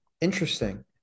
Interesting